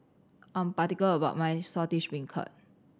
I'm particular about my Saltish Beancurd